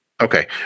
Okay